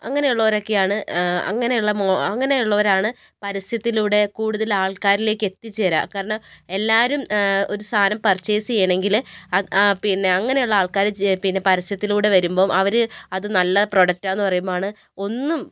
അങ്ങനെയുള്ളോരൊക്കെയാണ് അങ്ങനെയുള്ള മോ അങ്ങനെയുള്ളവരാണ് പരസ്യത്തിലൂടെ കൂടുതൽ ആൾക്കാരിലേക്ക് എത്തിച്ചേരുക കാരണം എല്ലാവരും ഒരു സാധനം പർച്ചേസ് ചെയ്യണമെങ്കിൽ ആ പിന്നെ അങ്ങനെയുള്ള ആൾക്കാർ പിന്നെ പരസ്യത്തിലൂടെ വരുമ്പം അവർ അത് നല്ല പ്രോഡക്റ്റാന്ന് പറയുമ്പോഴാണ് ഒന്നും